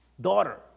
daughter